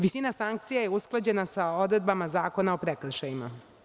Visina sankcija je usklađena sa odredbama Zakona o prekršajima.